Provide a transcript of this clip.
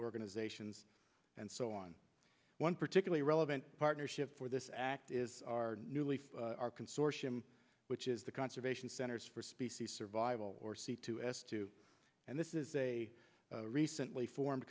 organizations and so on one particularly relevant partnership for this act is our newly our consortium which is the conservation centers for species survival or c two s two and this is a recently formed